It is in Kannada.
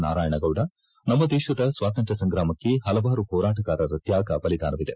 ನಾರಾಯಣಗೌಡ ನಮ್ಮ ದೇಶದ ಸ್ವಾತಂತ್ರ್ಯಸಂಗ್ರಾಮಕ್ಕೆ ಪಲವಾರು ಹೋರಾಟಗಾರರ ತ್ಯಾಗ ಬಲಿದಾನವಿದೆ